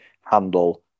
handle